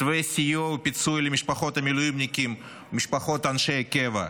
מתווה סיוע ופיצוי למשפחות המילואימניקים ומשפחות אנשי הקבע,